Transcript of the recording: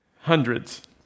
Hundreds